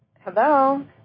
Hello